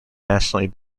nationally